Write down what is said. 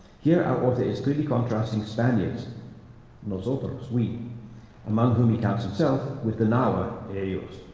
here our author is clearly contrasting spaniards nosotros, we among whom he counts himself, with the nahua ellos.